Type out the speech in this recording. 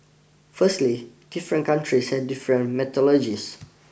firstly different countries had different methodologies